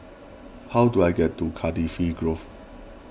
how do I get to Cardifi Grove